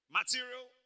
material